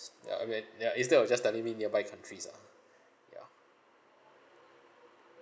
s~ ya I mean ya instead of just telling me nearby countries ah ya